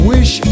Wish